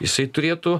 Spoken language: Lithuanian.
jisai turėtų